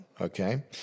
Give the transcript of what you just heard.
okay